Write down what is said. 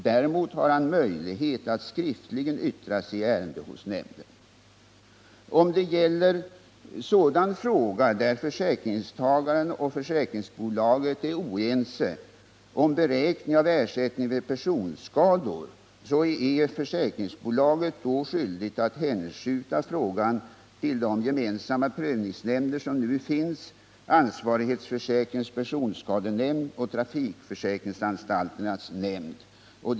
Däremot har han möjlighet att skriftligen yttra sig i ärende hos sådan nämnd. Om det gäller sådana frågor där försäkringstagaren och försäkringsbolaget är oense om beräkning av ersättning vid personskador är försäkringsbolaget skyldigt att i viktigare fall hänskjuta frågan till en av de gemensamma prövningsnämnder som nu finns, ansvarighetsförsäkringens personskadenämnd och trafikförsäkringsanstalternas nämnd.